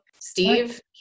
Steve